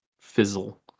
fizzle